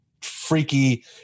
freaky